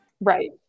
Right